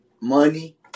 money